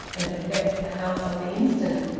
and had left the house on the instant.